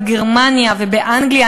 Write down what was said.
בגרמניה ובאנגליה,